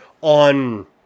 on